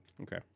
Okay